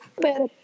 better